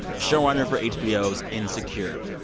showrunner for hbo's insecure.